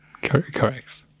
Correct